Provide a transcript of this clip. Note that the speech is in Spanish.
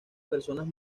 personas